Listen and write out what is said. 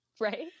Right